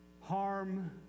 harm